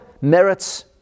merits